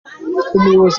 umuyobozi